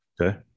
Okay